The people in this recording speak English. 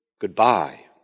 goodbye